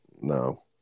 No